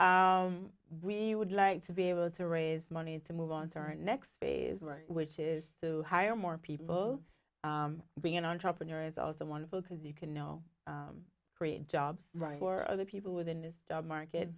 so we would like to be able to raise money to move on to our next phase right which is to hire more people being an entrepreneur is also wonderful because you can no create jobs right for other people within this job market